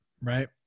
Right